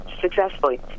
successfully